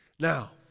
Now